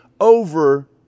over